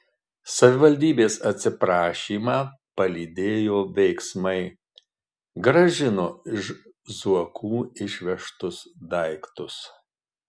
savivaldybės atsiprašymą palydėjo veiksmai grąžino iš zuokų išvežtus daiktus